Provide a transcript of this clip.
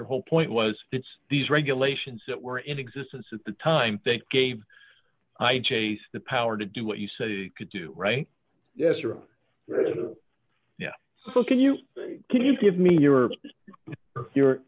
your whole point was that these regulations that were in existence at the time think gave i chase the power to do what you said you could do right yes or no so can you can you give me your your